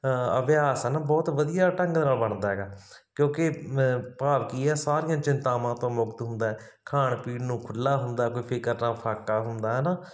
ਅਭਿਆਸ ਨਾ ਬਹੁਤ ਵਧੀਆ ਢੰਗ ਨਾਲ ਬਣਦਾ ਹੈਗਾ ਕਿਉਂਕਿ ਭਾਵ ਕੀ ਆ ਸਾਰੀਆਂ ਚਿੰਤਾਵਾਂ ਤੋਂ ਮੁਕਤ ਹੁੰਦਾ ਖਾਣ ਪੀਣ ਨੂੰ ਖੁੱਲਾ ਹੁੰਦਾ ਕੋਈ ਫਿਕਰ ਨਾ ਫਾਕਾ ਹੁੰਦਾ ਹੈ ਨਾ